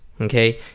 Okay